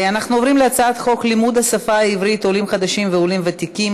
אנחנו עוברים להצעת חוק לימוד השפה העברית (עולים חדשים ועולים ותיקים),